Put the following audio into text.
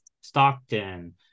Stockton